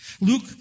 Luke